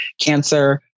cancer